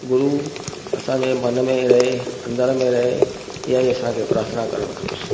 गुरु असांजे मन में रहे अंदर में रहे इहा ई असांखे प्रार्थना करणु खपे